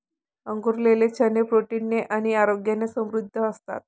अंकुरलेले चणे प्रोटीन ने आणि आरोग्याने समृद्ध असतात